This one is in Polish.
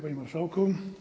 Panie Marszałku!